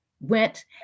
went